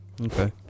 Okay